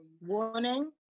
Warning